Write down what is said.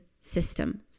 system